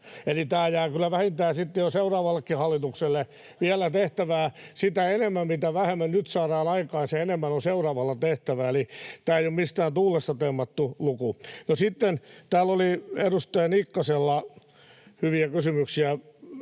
Eli tähän jää kyllä vähintään sitten jo seuraavallekin hallitukselle vielä tehtävää. Mitä vähemmän nyt saadaan aikaan, sen enemmän on seuraavalla tehtävää, eli tämä ei ole mistään tuulesta temmattu luku. No, sitten täällä oli edustaja Nikkasella hyviä kysymyksiä,